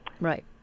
Right